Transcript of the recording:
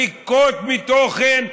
ריקות מתוכן,